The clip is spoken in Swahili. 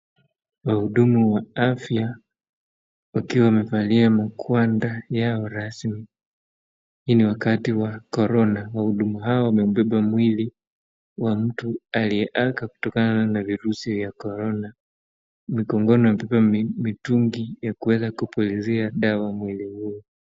Wahudumu wa afya wakiwa wamevalia magwanda yao rasmi. Hii ni wakati ya Korona. Wahudumu hawa wamebeba mwili wa mtu aliaga kutokana na virusi vya Korona. Mgongoni wamebeba mitungi ya kuweza kupulizia dawa mwili huo.